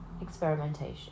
experimentation